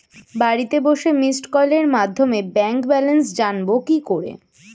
বাড়িতে বসে মিসড্ কলের মাধ্যমে ব্যাংক ব্যালেন্স জানবো কি করে?